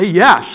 yes